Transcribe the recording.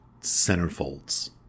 Centerfolds